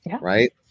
right